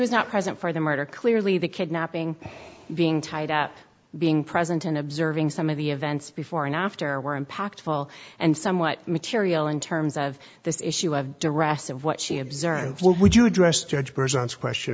was not present for the murder clearly the kidnapping being tied up being present in observing some of the events before and after were impactful and somewhat material in terms of this issue of duress of what she observed would you address judge present question